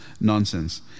nonsense